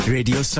Radio